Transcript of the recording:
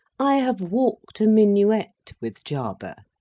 i have walked a minuet with jarber.